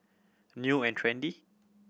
New and Trendy